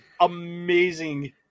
amazing